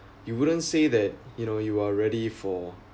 you wouldn't say that you know you are ready for